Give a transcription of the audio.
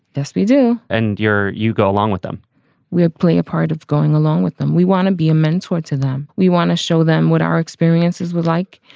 dsp, do and your you go along with them we play a part of going along with them. we want to be a mentor to them. we want to show them what our experiences were like.